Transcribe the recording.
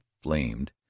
flamed